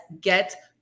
get